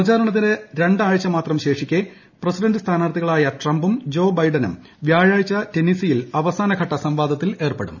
പ്രചാരണത്തിന് രണ്ടാഴ്ച മാത്രം ശേഷിക്കെ പ്രസിഡന്റ് സ്ഥാനാർത്ഥികളായ ട്രംപും ജോ ബൈഡനും വ്യാഴാഴ്ച ടെന്നസിയിൽ അവസാനഘട്ട സംവാദത്തിൽ ഏർപ്പെടും